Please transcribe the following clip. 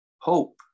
Hope